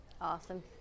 Awesome